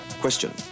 Question